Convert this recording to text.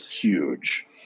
huge